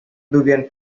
бүген